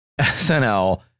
SNL